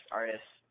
artists